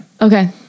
Okay